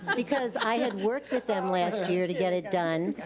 because i had worked with them last year to get it done.